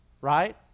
Right